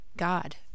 God